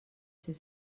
ser